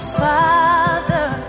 father